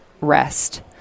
rest